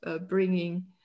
bringing